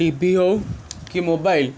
TV ହୋଉ କି mobile